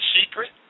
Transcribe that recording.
secret